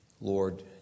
Lord